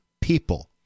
people